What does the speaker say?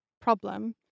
problem